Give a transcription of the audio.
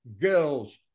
girls